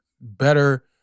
better